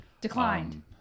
Declined